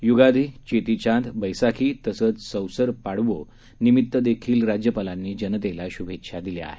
युगादी येती चाँद बस्तिखी तसंच सौसर पाडवो निमित्त देखील राज्यपालांनी जनतेला शुभेच्छा दिल्या आहेत